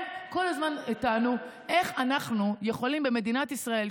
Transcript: הם כל הזמן טענו: איך אנחנו יכולים במדינת ישראל,